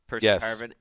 Yes